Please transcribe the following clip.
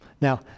Now